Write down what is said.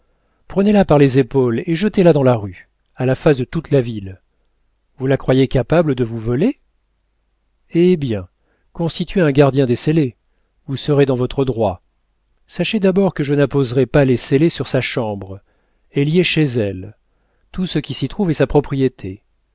prenez-la par les épaules et jetez-la dans la rue à la face de toute la ville vous la croyez capable de vous voler eh bien constituez un gardien des scellés vous serez dans votre droit sachez d'abord que je n'apposerai pas les scellés sur sa chambre elle y est chez elle tout ce qui s'y trouve est sa propriété